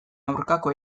aurkako